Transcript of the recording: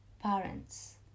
parents